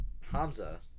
Hamza